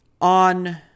On